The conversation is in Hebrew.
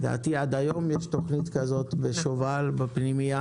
לדעתי עד היום יש תוכנית כזו בשובל בפנימייה.